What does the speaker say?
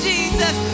Jesus